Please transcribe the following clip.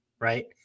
right